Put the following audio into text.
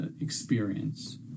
experience